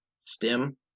stem